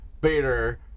Bader